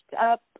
up